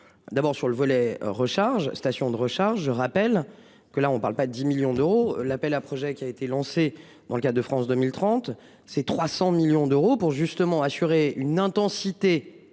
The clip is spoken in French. d'abord sur le volet recharge stations de recharge rappelle que là on ne parle pas 10 millions d'euros. L'appel à projets qui a été lancée dans le cas de France 2030. Ces 300 millions d'euros pour justement assurer une intensité